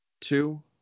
two